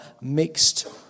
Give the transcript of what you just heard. mixed